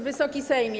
Wysoki Sejmie!